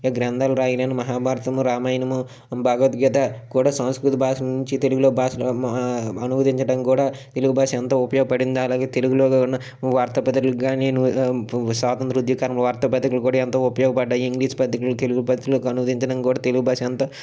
గ్రంథాలు రాయలని మహాభారతము రామాయణము భగవద్గీత కూడా సంస్కృత భాష నుంచి తెలుగులో భాషలో అనువదించడం కూడా తెలుగు భాష ఎంతో ఉపయోగపడింది అలాగే తెలుగులో ఉన్న వార్తాపత్రికలు కానీ ఉన్న స్వాతంత్రం ఉద్యకరం వార్తాపత్రికలు కూడా ఎంతో ఉపయోగపడ్డాయి ఇంగ్లీష్ పత్రికలు తెలుగు పత్రికల్లో అనువదించడం కూడా తెలుగు భాష ఎంతో